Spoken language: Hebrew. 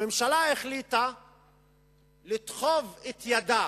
הממשלה החליטה לדחוף את ידה